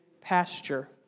pasture